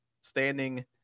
standing